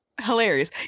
hilarious